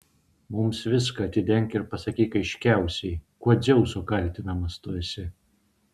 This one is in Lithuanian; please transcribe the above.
mums viską atidenk ir pasakyk aiškiausiai kuo dzeuso kaltinamas tu esi